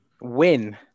win